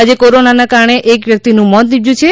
આજે કોરોનાને કારણે એક વ્યક્તિનું મોત નિપજ્યું છે